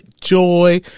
joy